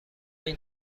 این